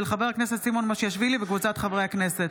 של חבר הכנסת סימון מושיאשוילי וקבוצת חברי הכנסת.